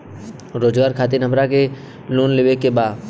रोजगार खातीर हमरा के लोन लेवे के बा?